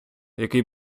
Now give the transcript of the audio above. який